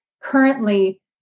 currently